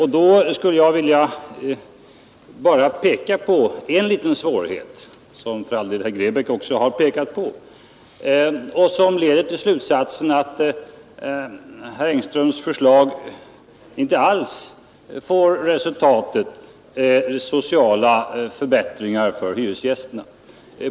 Jag skulle bara vilja peka på en liten svårighet i detta sammanhang, och som leder till slutsatsen att herr Engströms förslag inte alls resulterar i sociala förbättringar för hyresgästerna.